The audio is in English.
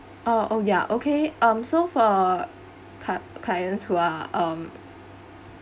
orh oh ya okay um so for cli~ clients who are um